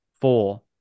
four